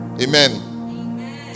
amen